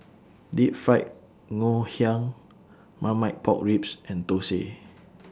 Deep Fried Ngoh Hiang Marmite Pork Ribs and Thosai